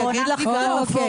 ההורים.